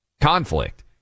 conflict